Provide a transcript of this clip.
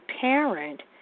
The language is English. parent